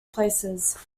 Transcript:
places